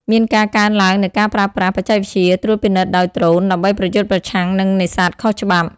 មានការកើនឡើងនូវការប្រើប្រាស់ បច្ចេកវិទ្យា ត្រួតពិនិត្យដោយដ្រូនដើម្បីប្រយុទ្ធប្រឆាំងនឹងនេសាទខុសច្បាប់។